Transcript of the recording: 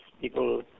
people